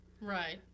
Right